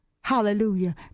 Hallelujah